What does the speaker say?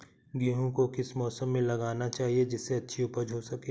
गेहूँ को किस मौसम में लगाना चाहिए जिससे अच्छी उपज हो सके?